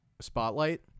spotlight